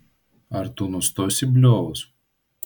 ar tu nustosi bliovus